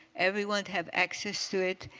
everyone to have access to it.